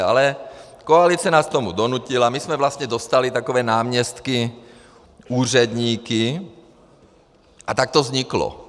Ale koalice nás k tomu donutila, my jsme vlastně dostali takové náměstkyúředníky, a tak to vzniklo.